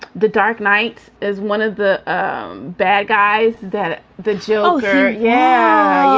the dark knight is one of the bad guys that the joker. yeah,